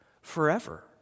forever